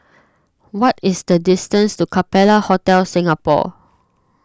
what is the distance to Capella Hotel Singapore